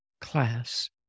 class